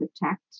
protect